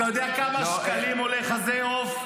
אתה יודע כמה שקלים עולה חזה עוף?